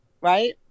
right